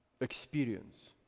experience